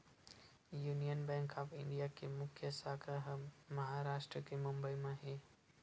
union bank of India के मुख्य साखा ह महारास्ट के बंबई म हे